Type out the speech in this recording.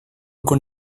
con